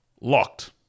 locked